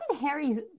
Harry's